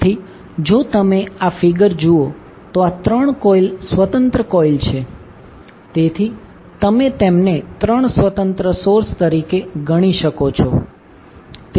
તેથી જો તમે આ ફિગર જુઓ તો આ 3 કોઇલ સ્વતંત્ર કોઇલ છે તેથી તમે તેમને 3 સ્વતંત્ર સોર્સ તરીકે ગણી શકો છો